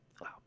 Wow